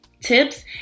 tips